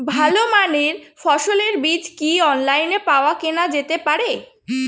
ভালো মানের ফসলের বীজ কি অনলাইনে পাওয়া কেনা যেতে পারে?